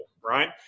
right